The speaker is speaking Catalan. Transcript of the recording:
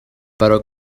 però